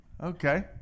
Okay